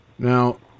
Now